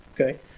okay